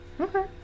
Okay